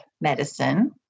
medicine